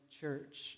church